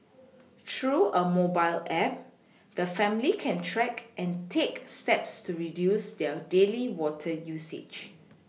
through a mobile app the family can track and take steps to reduce their daily water usage